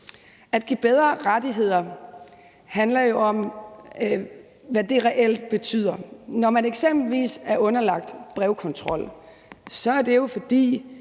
At give bedre rettigheder handler jo om, hvad dét reelt betyder. Når man eksempelvis er underlagt brevkontrol, er det jo, fordi